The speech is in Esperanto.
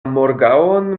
morgaŭon